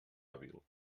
hàbil